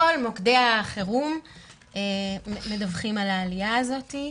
כל מוקדי החירום מדווחים על העלייה הזאת.